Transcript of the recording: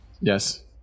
Yes